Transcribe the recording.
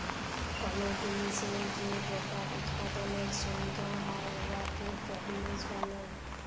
call জিলিসের যে গটা উৎপাদলের সংখ্যা হ্যয় উয়াকে পরডিউস ব্যলে